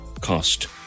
cost